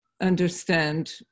understand